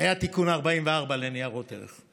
היה תיקון 44 לחוק ניירות ערך.